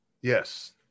Yes